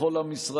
לכל עם ישראל,